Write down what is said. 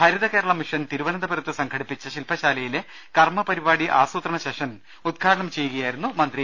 ഹരിതകേരളമിഷൻ തിരുവന ന്തപുരത്ത് സംഘടിപ്പിച്ച ശിൽപ്പശാലയിലെ കർമപരിപാടി ആസൂത്രണ സെഷൻ ഉദ്ഘാടനം ചെയ്യുകയായിരുന്നു മന്ത്രി